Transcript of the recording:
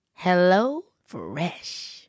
HelloFresh